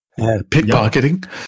pickpocketing